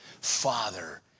Father